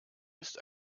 ist